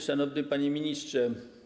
Szanowny Panie Ministrze!